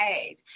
age